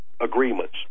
agreements